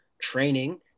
training